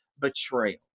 Betrayal